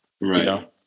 Right